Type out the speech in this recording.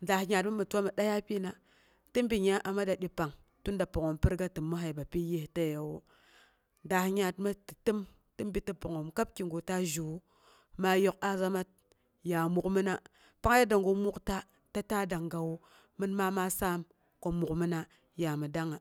daas yaat mi mɨ tua mi daiya pyina ti bi nyingnya a madadi pang tunda pangngoom pi riga ti məssəi, ti yistaye wu daas yaat miti təm, tibi ti pangngoom kab kigu ta zhewu maa yok azamat ya muk'mina, pang yadda gu mukta ti ta danggawu min maa ma saam ko mwe mina